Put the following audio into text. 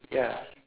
ya